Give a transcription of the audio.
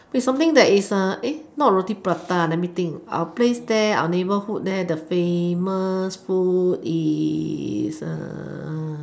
it's something that is not roti prata let me think our place there our neighbourhood there the famous food is err